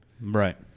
right